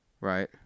right